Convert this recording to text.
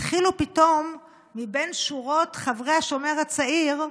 התחילו פתאום, מבין שורות חברי השומר הצעיר,